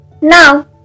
Now